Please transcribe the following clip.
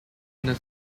inner